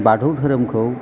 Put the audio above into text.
बाथौ धोरोमखौ